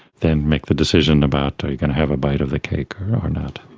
then make the decision about are you going to have a bite of the cake or not.